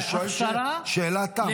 אני שואל שאלת תם.